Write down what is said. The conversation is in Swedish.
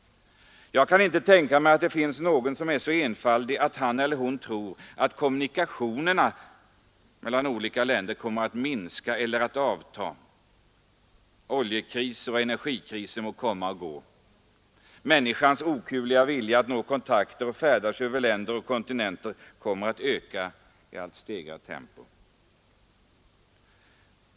Jag kan inte tänka mig att det finns någon som är så enfaldig att han eller hon tror att kommunikationerna mellan olika länder kommer att minska eller avta. Oljekriser och energikriser må komma och gå, människans okuvliga vilja att nå kontakter och färdas genom länder och över kontinenter kommer att öka i allt starkare tempo.